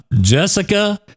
Jessica